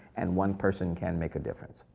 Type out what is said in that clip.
and one person can make a difference.